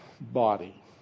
body